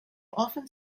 often